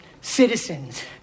citizens